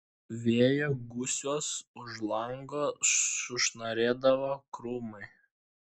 vėjo gūsiuos už lango sušnarėdavo krūmai